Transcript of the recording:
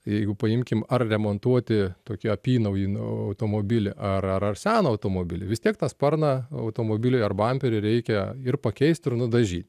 jeigu paimkim ar remontuoti tokį apynaujį automobilį ar ar ar seną automobilį vis tiek tą sparną automobiliui ar bamperį reikia ir pakeist ir nudažy